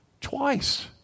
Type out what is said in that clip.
twice